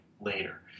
later